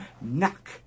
knock